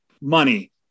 money